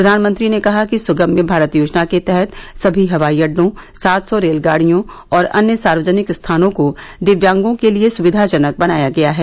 प्रधानमंत्री ने कहा कि सुगम्य भारत योजना के तहत सभी हवाई अड्डों सात सौ रेलगाडियों और अन्य सार्वजनिक स्थानों को दिव्यांगों के लिए सुविधाजनक बनाया गया है